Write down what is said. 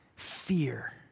Fear